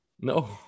No